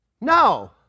No